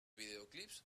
videoclips